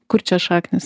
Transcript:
kur čia šaknys